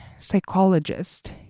psychologist